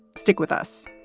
stick with us.